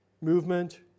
movement